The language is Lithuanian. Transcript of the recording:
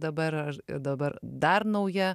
dabar ir dabar dar nauja